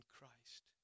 Christ